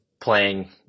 playing